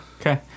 Okay